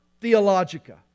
Theologica